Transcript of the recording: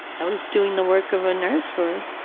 i was doing the work of a nurse for,